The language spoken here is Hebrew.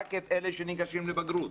רק את אלה שניגשים לבגרות.